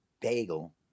bagel